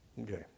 Okay